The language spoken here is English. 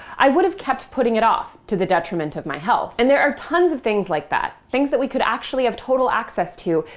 i would've kept putting it off, to the detriment of my health. and there are tons of things like that things that we could actually have total access to,